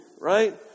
right